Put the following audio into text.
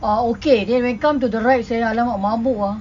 ah okay then when come to the rides eh ah !alamak! mabuk ah